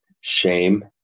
shame